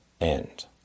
end